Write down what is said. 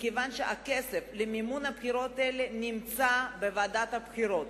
מכיוון שהכסף למימון הבחירות האלה נמצא בוועדת הבחירות.